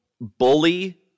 bully